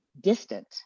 distant